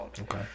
Okay